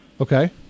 Okay